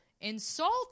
insult